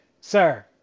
sir